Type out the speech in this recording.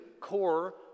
core